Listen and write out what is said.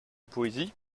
poésie